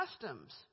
customs